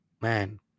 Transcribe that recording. Man